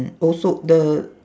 also the